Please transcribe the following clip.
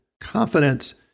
confidence